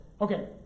Okay